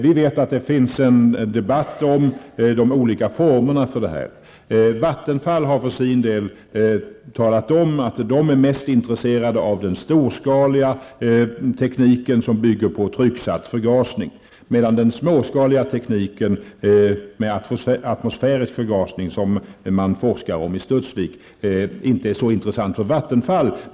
Vi vet att det finns en debatt om de olika formerna för detta. Vattenfall har för sin del talat om att de är mest intresserade av den storskaliga tekniken som bygger på trycksatt förgasning, medan den småskaliga tekniken med atmosfärisk förgasning, som man forskar om i Studsvik, inte är så intressant för Vattenfall.